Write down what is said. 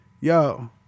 yo